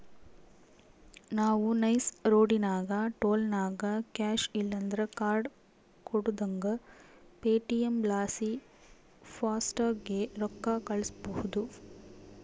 ನಾವು ನೈಸ್ ರೋಡಿನಾಗ ಟೋಲ್ನಾಗ ಕ್ಯಾಶ್ ಇಲ್ಲಂದ್ರ ಕಾರ್ಡ್ ಕೊಡುದಂಗ ಪೇಟಿಎಂ ಲಾಸಿ ಫಾಸ್ಟಾಗ್ಗೆ ರೊಕ್ಕ ಕಳ್ಸ್ಬಹುದು